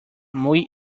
muy